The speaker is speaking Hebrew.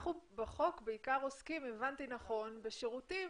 אנחנו בחוק בעיקר עוסקים, אם הבנתי נכון, בשירותים